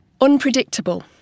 unpredictable